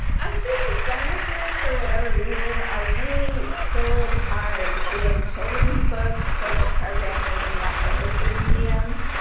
i feel like dinosaurs, for whatever reason, are really sold hard in children's books, children's programming, natural history museums,